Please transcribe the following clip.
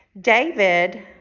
David